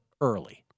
early